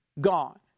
gone